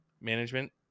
management